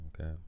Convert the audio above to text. Okay